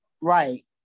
Right